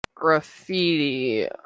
Graffiti